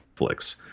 Netflix